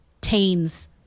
teens